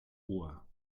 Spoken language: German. ohr